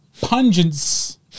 pungence